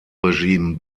regime